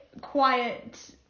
quiet